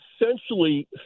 essentially